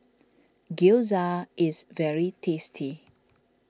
Gyoza is very tasty